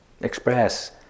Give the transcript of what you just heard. express